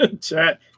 Chat